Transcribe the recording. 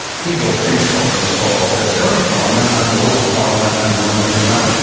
people in scotland saw the scottish parliament as the local parliament and the one that really mattered.